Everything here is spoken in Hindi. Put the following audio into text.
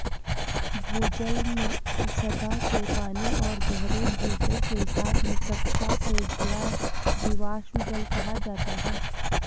भूजल में सतह के पानी और गहरे भूजल के साथ निकटता से जुड़ा जीवाश्म जल कहा जाता है